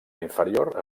inferior